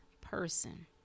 person